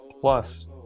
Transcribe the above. plus